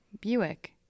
Buick